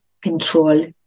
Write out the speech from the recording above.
control